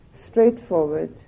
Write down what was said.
straightforward